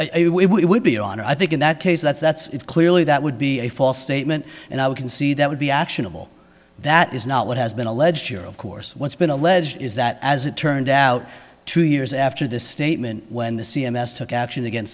on i think in that case that's that's it clearly that would be a false stay and i we can see that would be actionable that is not what has been alleged here of course what's been alleged is that as it turned out two years after the statement when the c m s took action against